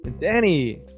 Danny